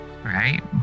Right